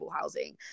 housing